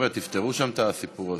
חבר'ה, תפתרו שם את הסיפור הזה.